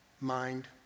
mind